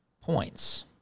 points